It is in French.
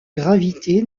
gravité